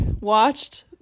watched